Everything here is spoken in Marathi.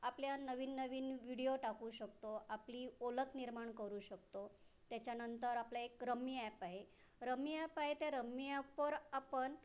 आपल्या नवीन नवीन व्हिडीओ टाकू शकतो आपली ओळख निर्माण करू शकतो त्याच्यानंतर आपलं एक रमी ॲप आहे रमी ॲप आहे ते रमी ॲपवर आपण